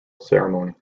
ceremony